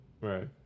Right